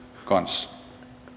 kanssa